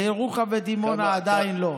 מירוחם ודימונה עדיין לא.